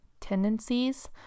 tendencies